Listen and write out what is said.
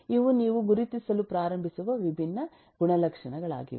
ಇವು ನೀವು ಗುರುತಿಸಲು ಪ್ರಾರಂಭಿಸುವ ವಿಭಿನ್ನ ಗುಣಲಕ್ಷಣಗಳಾಗಿವೆ